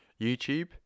YouTube